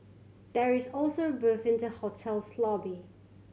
there is also a booth in the hotel's lobby